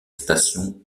station